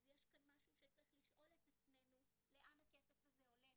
אז יש כאן משהו שצריך לשאול את עצמנו לאן הכסף הזה הולך,